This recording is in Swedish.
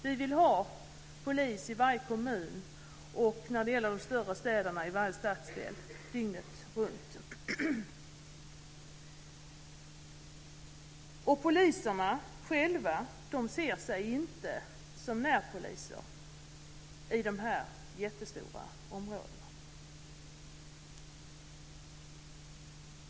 Vi vill ha polis i varje kommun, och när det gäller de större städerna i varje stadsdel dygnet runt. Poliserna själva ser sig inte som närpoliser i dessa jättestora områdena.